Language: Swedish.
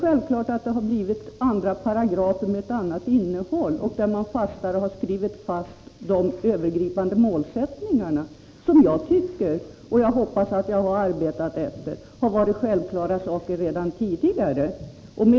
Självfallet har det tillkommit andra paragrafer med ett annat innehåll, där man fastare har skrivit in de övergripande målsättningarna, vilka jag anser har varit självklara redan tidigare, och jag hoppas att jag arbetat efter dessa.